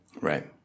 Right